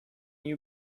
you